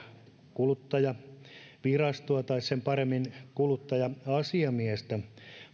kuluttajavirastoa tai sen paremmin kuluttaja asiamiestä